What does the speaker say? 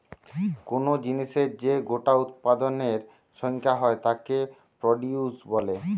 কুনো জিনিসের যে গোটা উৎপাদনের সংখ্যা হয় তাকে প্রডিউস বলে